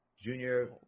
Junior